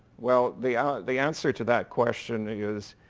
well the ah the answer to that question is,